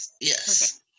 yes